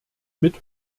mit